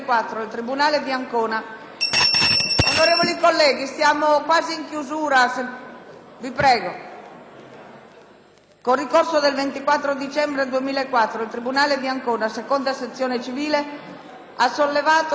con ricorso del 24 dicembre 2003, il tribunale di Ancona - II Sezione civile ha sollevato conflitto di attribuzione tra poteri dello Stato nei confronti del Senato della Repubblica in relazione alla deliberazione